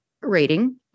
rating